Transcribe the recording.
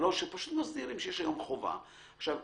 אני